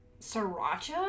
sriracha